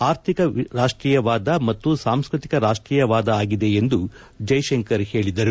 ಆರ್ಥಿಕ ರಾಷ್ಷೀಯವಾದ ಮತ್ತು ಸಾಂಸ್ಕೃತಿಕ ರಾಷ್ಷೀಯವಾದ ಆಗಿದೆ ಎಂದು ಜೈಶಂಕರ್ ಹೇಳಿದರು